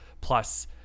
plus